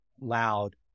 loud